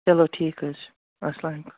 چلو ٹھیٖک حظ چھُ السلامُ علیکُم